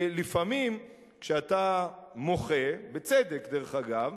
לפעמים כשאתה מוחה, בצדק דרך אגב,